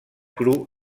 cru